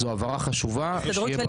מעונות בגיל